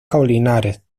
caulinares